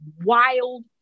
wild